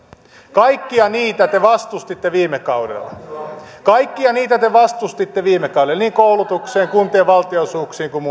kaikkia niitä te vastustitte viime kaudella kaikkia niitä te vastustitte viime kaudella niin koulutukseen kuntien valtionosuuksiin kuin